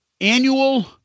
annual